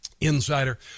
insider